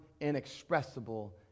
inexpressible